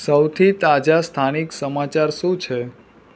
સૌથી તાજા સ્થાનિક સમાચાર શું છે